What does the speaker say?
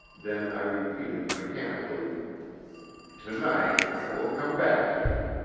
then i repeated mechanically to-night i will come back to you.